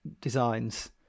designs